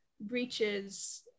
breaches